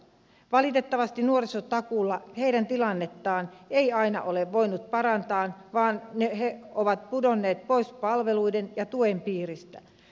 valitettavasti nuorisotakuulla heidän tilannettaan ei aina ole voinut parantaa vaan he ovat pudonneet pois palveluiden ja tuen piiristä